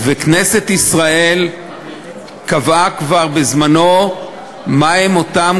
כנסת ישראל קבעה כבר בזמנו מהם אותם